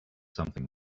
something